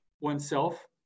oneself